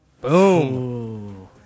Boom